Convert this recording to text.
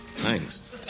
thanks